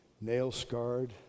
Nail-scarred